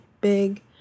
big